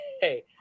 Hey